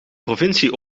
provincie